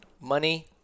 Money